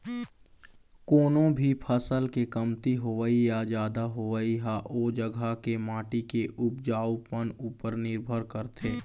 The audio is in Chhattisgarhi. कोनो भी फसल के कमती होवई या जादा होवई ह ओ जघा के माटी के उपजउपन उपर निरभर करथे